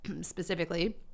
specifically